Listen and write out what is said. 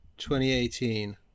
2018